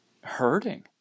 hurting